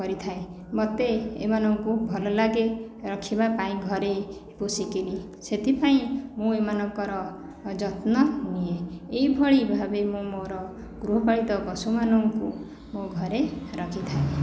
କରିଥାଏ ମତେ ଏମାନଙ୍କୁ ଭଲ ଲାଗେ ରଖିବା ପାଇଁ ଘରେ ପୋଷିକରି ସେଥିପାଇଁ ମୁଁ ଏମାନଙ୍କର ଯତ୍ନ ନିଏ ଏଇଭଳି ଭାବେ ମୁଁ ମୋର ଗୃହ ପାଳିତ ପଶୁ ମାନଙ୍କୁ ମୋ ଘରେ ରଖିଥାଏ